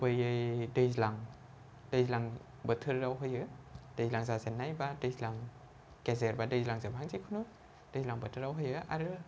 गुबैयै दैज्लां दैज्लां बोथोराव होयो दैज्लां जाजेननाय बा दैज्लां गेजेर बा दैज्लां जोबहां बा जिखुनु दैज्लां बोथोराव होयो आरो